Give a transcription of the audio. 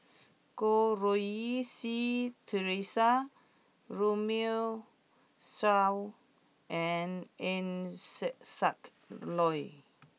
Goh Rui Si Theresa Runme Shaw and Eng Siak Loy